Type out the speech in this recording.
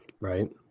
right